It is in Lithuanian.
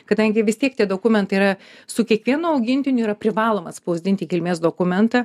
kadangi vis tiek tie dokumentai yra su kiekvienu augintiniu yra privaloma atspausdinti kilmės dokumentą